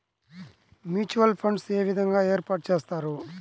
Mutual funds ఏ విధంగా ఏర్పాటు చేస్తారు?